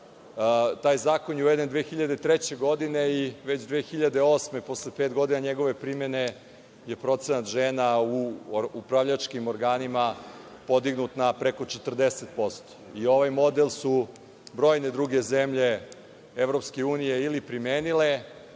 taj zakon uveden 2003. godine i već 2008. godine, posle pet godina njegove primene, je procenat žena u upravljačkim organima podignut na preko 40% i ovaj model su brojne druge zemlje EU ili primenile